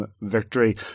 victory